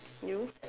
you